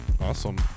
Awesome